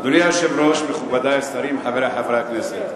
אדוני היושב-ראש, מכובדי השרים, חברי חברי הכנסת,